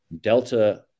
Delta